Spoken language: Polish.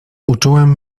uczułem